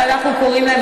ואנחנו קוראים להם.